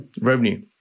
revenue